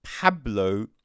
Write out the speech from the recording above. Pablo